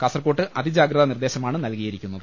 കാസർകോട്ട് അതിജാഗ്രതാ നിർദ്ദേശമാണ് നൽകിയിരിക്കുന്നത്